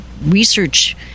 research